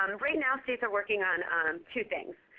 um right now, states are working on on two things.